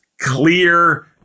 clear